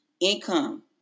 income